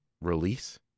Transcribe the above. release